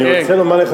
אני רוצה לומר לך,